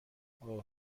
اوه